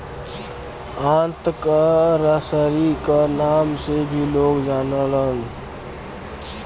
आंत क रसरी क नाम से भी लोग जानलन